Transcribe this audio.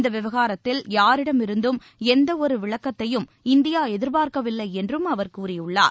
இந்தவிவகாரத்தில் யாரிடமிருந்தும் எந்தஒருவிளக்கத்தையும் இந்தியாஎதிர்பார்க்கவில்லைஎன்றும் அவர் கூறியுள்ளார்